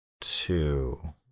two